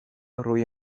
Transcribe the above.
روی